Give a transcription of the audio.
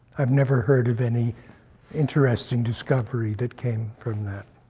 i've never heard of any interesting discovery that came from that.